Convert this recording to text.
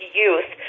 youth